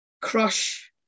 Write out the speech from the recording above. crush